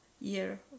year